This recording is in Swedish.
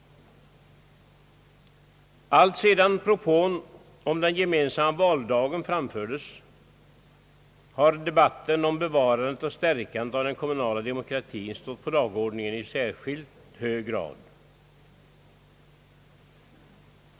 Alltsedan propån om den gemensamma valdagen framfördes har debatten om bevarandet och stärkandet av den kommunala demokratin stått på dagordningen i särskilt hög grad.